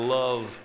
love